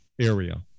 area